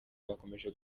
bakomeje